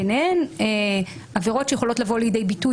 ביניהן עבירות שיכולות לבוא לידי ביטוי